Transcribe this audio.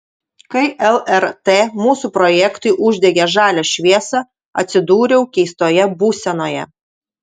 kai lrt mūsų projektui uždegė žalią šviesą atsidūriau keistoje būsenoje